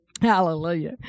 Hallelujah